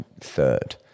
third